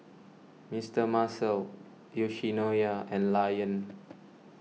Mister Muscle Yoshinoya and Lion